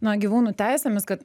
na gyvūnų teisėmis kad